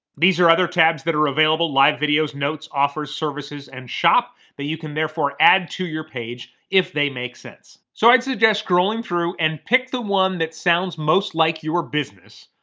these are other tabs that are available. live videos, notes, offers, services, and shop, that you can therefore add to your page if they make sense. so i'd suggest scrolling through and pick the one that sounds most like your business,